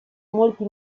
molti